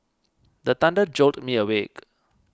the thunder jolt me awake